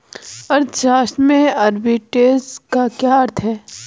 अर्थशास्त्र में आर्बिट्रेज का क्या अर्थ है?